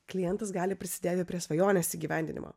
klientas gali prisidėti prie svajonės įgyvendinimo